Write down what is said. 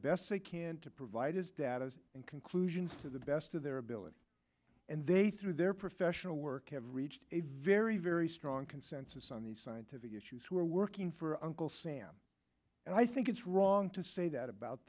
best they can to provide his data and conclusions to the best of their ability and they through their professional work have reached a very very strong consensus on these scientific issues who are working for uncle sam and i think it's wrong to say that about